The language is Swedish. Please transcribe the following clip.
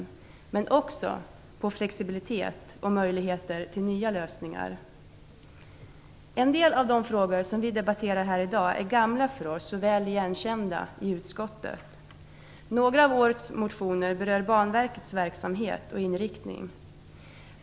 Det ställer också krav på flexibilitet och möjligheter till nya lösningar. En del av de frågor som vi debatterar här i dag är gamla för oss och väl kända i utskottet. Några av årets motioner berör Banverkets verksamhet och inriktning.